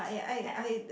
ya